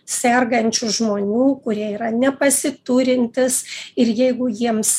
sergančių žmonių kurie yra nepasiturintys ir jeigu jiems